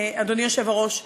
אדוני היושב-ראש,